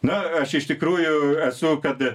na aš iš tikrųjų esu kad